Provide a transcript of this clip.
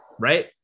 right